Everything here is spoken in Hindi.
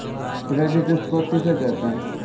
क्रेडिट स्कोर किसे कहते हैं?